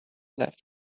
left